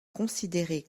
considérés